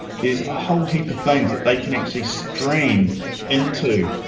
there's a whole heap of things that they can actually stream into.